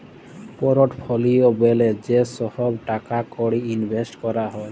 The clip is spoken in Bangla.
পোরটফলিও ব্যলে যে ছহব টাকা কড়ি ইলভেসট ক্যরা হ্যয়